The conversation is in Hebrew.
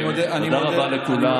אני מודה, תודה רבה לכולם.